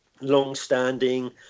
long-standing